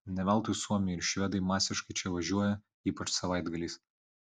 ne veltui suomiai ir švedai masiškai čia važiuoja ypač savaitgaliais